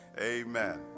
amen